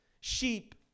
Sheep